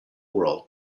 world